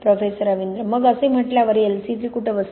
professor Ravindra मग असे म्हटल्यावर LC3 कुठे बसते